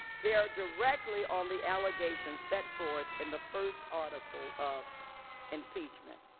they are directly on the allegations set forth in the first article of impeachment.